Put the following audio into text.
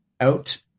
out